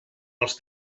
els